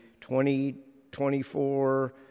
2024